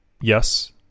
yes